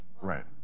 right